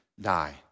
die